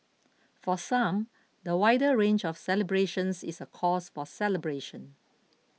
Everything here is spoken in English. for some the wider range of celebrations is a cause for celebration